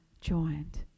joined